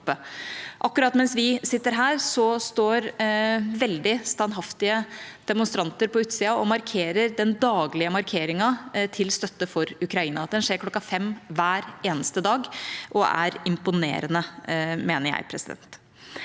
Akkurat mens vi sitter her, står veldig standhaftige demonstranter på utsiden og har den daglige markeringen til støtte for Ukraina. Den skjer kl. 17 hver eneste dag og er imponerende, mener jeg.